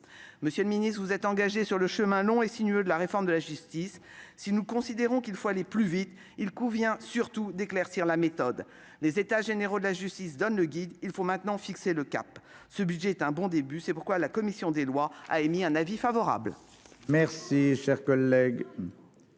sceaux, vous vous êtes engagé sur le chemin long et sinueux de la réforme de la justice. Si nous considérons qu'il faut aller plus vite, il convient surtout d'éclaircir la méthode ! Les États généraux de la justice donnent le guide ; il faut maintenant fixer le cap. Ce budget est un bon début. C'est pourquoi la commission des lois a émis un avis favorable. La parole est